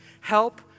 help